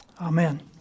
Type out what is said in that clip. Amen